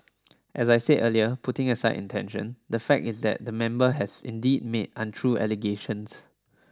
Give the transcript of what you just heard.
as I said earlier putting aside intention the fact is that the member has indeed made untrue allegations